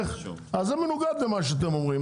אז זה מנוגד למה שאתם אומרים.